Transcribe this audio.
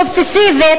אובססיבית,